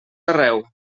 arreu